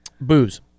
Booze